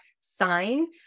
Sign